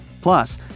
Plus